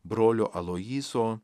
brolio aloyzo